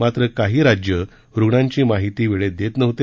मात्र काही राज्य रुग्णांची माहिती वेळेत देत नव्हते